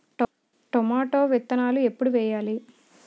Tomato విత్తనాలు ఎప్పుడు వెయ్యాలి?